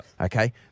Okay